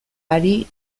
ari